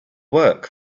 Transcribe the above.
work